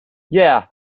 yeah